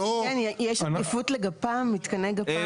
יש עדיפות לגפ"מ, מתקני גפ"מ?